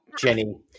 Jenny